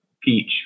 Peach